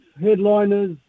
headliners